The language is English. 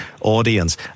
audience